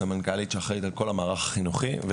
היא סמנכ"לית כל המערך החינוכי והיא